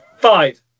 Five